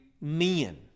men